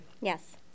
Yes